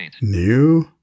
New